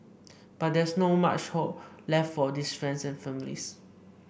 but there's no much hope left for these friends and families